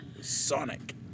Sonic